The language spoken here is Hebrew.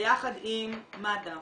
ביחד עם מד"א,